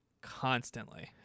constantly